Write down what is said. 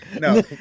No